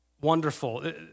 wonderful